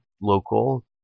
local